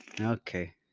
Okay